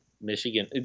michigan